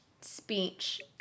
speech